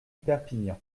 perpignan